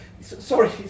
Sorry